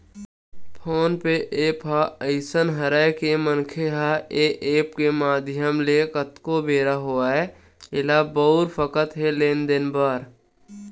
phone पे app ह अइसन हरय के मनखे ह ऐ ऐप के माधियम ले कतको बेरा होवय ऐला बउर सकत हे लेन देन बर